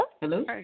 Hello